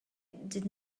did